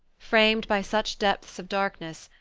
framed by such depths of darkness,